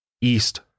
east